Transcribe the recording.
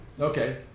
Okay